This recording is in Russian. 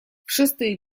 шестых